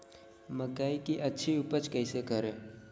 मकई की अच्छी उपज कैसे करे?